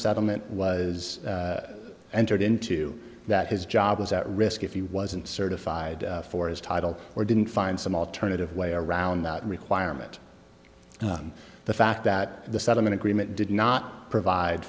settlement was entered into that his job was at risk if he wasn't certified for his title or didn't find some alternative way around that requirement and the fact that the settlement agreement did not provide